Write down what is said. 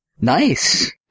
Nice